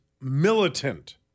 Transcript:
militant